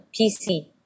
PC